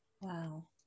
Wow